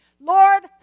Lord